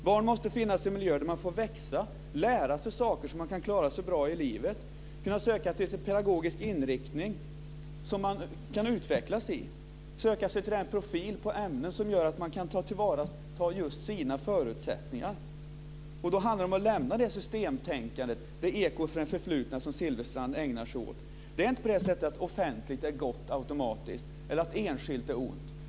Barn måste finnas i miljöer där de får växa och lära sig saker, så att de kan klara sig bra i livet. De måste kunna söka sig en pedagogisk inriktning som de kan utvecklas av, och de måste kunna söka sig till den profil på ämnen som gör att just deras förutsättningar kan tillvaratas. Då handlar det om att lämna det systemtänkande och det eko från det förflutna som Silfverstrand ägnar sig åt. Det är inte på det sättet att offentligt automatiskt är gott eller att enskilt är ont.